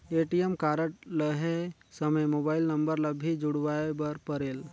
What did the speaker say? ATM card लहे समय mobile number ला भी जुड़वाए बर परेल?